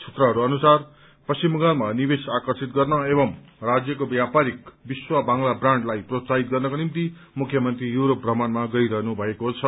सूत्रहरू अनुसार पश्चिम बंगालमा निवेश आकर्षित गर्न एवं राज्यको व्यापारिक विश्व बांग्ला ब्राण्ड लाई प्रोत्साहित गर्नको निम्ति मुख्यमन्त्री यूरोप श्रमणमा गइरहनु भएको छ